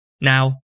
Now